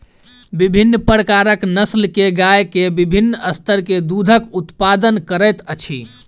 विभिन्न प्रकारक नस्ल के गाय के विभिन्न स्तर के दूधक उत्पादन करैत अछि